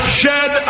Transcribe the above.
shed